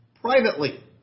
privately